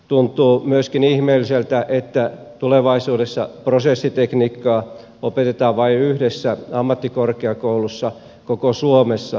tuntuu myöskin ihmeelliseltä että tulevaisuudessa prosessitekniikkaa opetetaan vain yhdessä ammattikorkeakoulussa koko suomessa